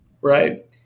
Right